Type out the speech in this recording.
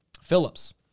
Phillips